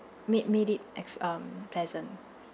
made made it as um pleasant